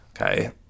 Okay